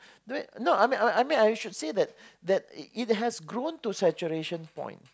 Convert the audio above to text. no I mean I I should said that it has grown to saturation point